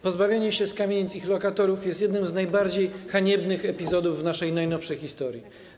Pozbywanie się z kamienic lokatorów jest jednym z najbardziej haniebnych epizodów w naszej najnowszej historii.